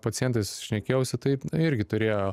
pacientais šnekėjausi tai irgi turėjo